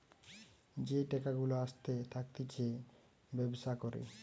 যেই টাকা গুলা আসতে থাকতিছে ব্যবসা করে